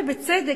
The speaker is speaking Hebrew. ובצדק,